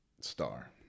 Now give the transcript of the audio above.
star